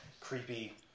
creepy